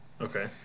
Okay